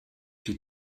die